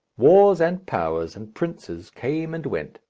wars and powers and princes came and went,